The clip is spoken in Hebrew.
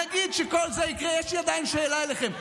נגיד שכל זה יקרה, יש לי עדיין שאלה אליכם.